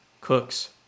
Cooks